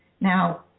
Now